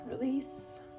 Release